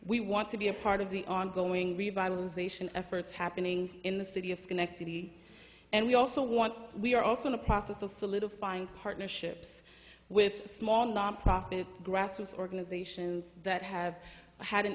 we want to be a part of the ongoing revitalization efforts happening in the city of schenectady and we also want we are also in the process of solidifying partnerships with small nonprofit grassroots organizations that have had an